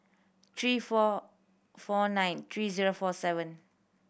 three four four nine three zero four seven